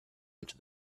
into